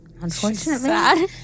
unfortunately